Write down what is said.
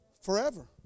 forever